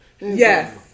Yes